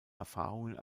erfahrungen